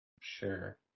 Sure